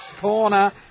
corner